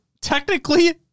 technically